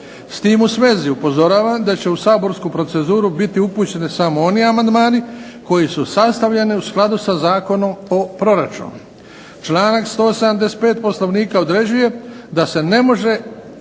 S tim u svezi upozoravam, da će u saborsku proceduru biti upućeni samo oni amandmani koji su sastavljeni u skladu sa Zakonom o proračunu. Članak 175. Poslovnika određuje da se ne može